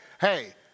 Hey